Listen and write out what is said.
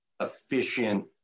efficient